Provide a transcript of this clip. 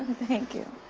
thank you.